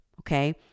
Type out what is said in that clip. okay